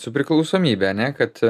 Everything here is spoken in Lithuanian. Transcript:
su priklausomybe ane kad